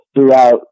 throughout